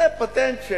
זה פטנט.